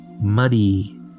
muddy